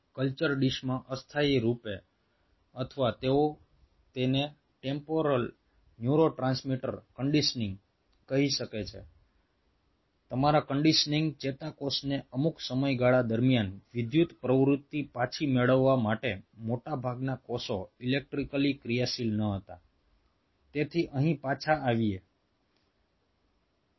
culture ડીશમાં અસ્થાયી રૂપે અથવા તેઓ તેને ટેમ્પોરલ ન્યુરો ટ્રાન્સમીટર કન્ડિશનિંગ કહી શકે છે તમારા કન્ડીશનીંગ ચેતાકોષને અમુક સમયગાળા દરમિયાન વિદ્યુત પ્રવૃત્તિ પાછી મેળવવા માટે મોટાભાગના કોષો ઇલેક્ટ્રિકલી ક્રિયાશીલ ન હતા તેથી અહીં પાછા આવી રહ્યા છે